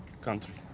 country